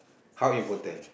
how important